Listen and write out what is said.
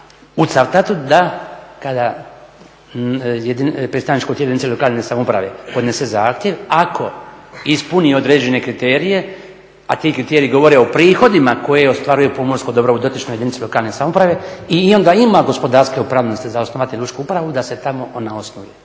u Cavtatu da kada predstavničko tijelo jedinice lokalne samouprave podnese zahtjev ako ispuni određene kriterije a ti kriteriji govore o prihodima koje ostvaruje pomorsko dobro u dotičnoj jedinici lokalne samouprave i onda ima gospodarske opravdanosti za osnovati lučku upravu da se tamo ona osnuje.